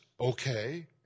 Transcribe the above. okay